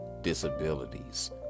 disabilities